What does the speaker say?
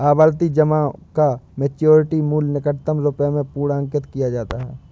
आवर्ती जमा का मैच्योरिटी मूल्य निकटतम रुपये में पूर्णांकित किया जाता है